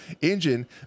engine